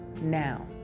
Now